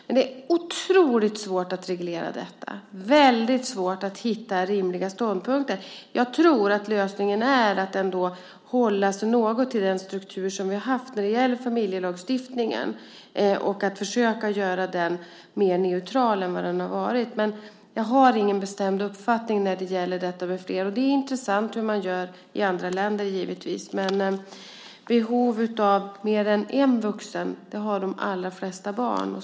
Men det är otroligt svårt att reglera detta, väldigt svårt att hitta rimliga ståndpunkter. Jag tror att lösningen ändå är att hålla sig något till den struktur som vi har haft när det gäller familjelagstiftningen och att försöka göra den mer neutral än vad den har varit. Men jag har ingen bestämd uppfattning när det gäller flera. Det är intressant hur man gör i andra länder givetvis, men behov av mer än en vuxen har de allra flesta barn.